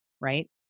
right